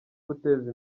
guteza